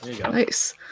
Nice